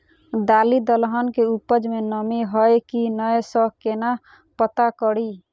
दालि दलहन केँ उपज मे नमी हय की नै सँ केना पत्ता कड़ी?